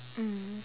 mm